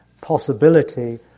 possibility